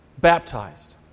baptized